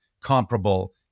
comparable